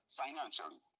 financially